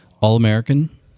All-American